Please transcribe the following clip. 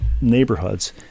neighborhoods